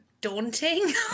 daunting